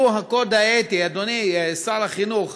לו הקוד האתי, אדוני שר החינוך,